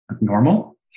normal